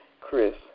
Chris